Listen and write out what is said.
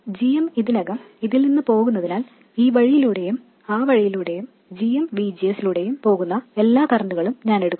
gm ഇതിനകം ഇതിൽ നിന്ന് പോകുന്നതിനാൽ ഈ വഴിയിലൂടെയും ആ വഴിയിലൂടെയും gm VGS ലൂടെയും പോകുന്ന എല്ലാ കറൻറുകളും ഞാൻ എടുക്കും